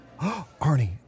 Arnie